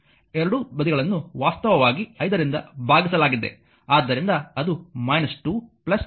ಎರಡೂ ಬದಿಗಳನ್ನು ವಾಸ್ತವವಾಗಿ 5 ರಿಂದ ಭಾಗಿಸಲಾಗಿದೆ